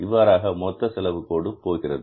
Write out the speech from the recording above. இவ்வாறாக மொத்த செலவு கோடு போகிறது